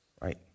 right